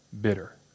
bitter